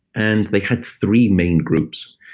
and they had three main groups.